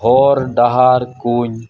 ᱦᱚᱨ ᱰᱟᱦᱟᱨ ᱠᱩᱧ